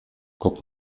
guck